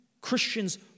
Christians